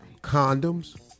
Condoms